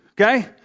okay